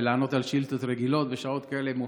לענות על שאילתות רגילות בשעות כאלה מאוחרות.